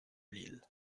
lille